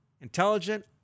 intelligent